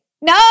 no